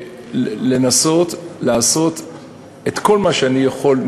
לנסות לעשות את כל מה שאני יכול,